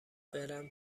برم